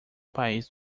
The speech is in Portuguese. país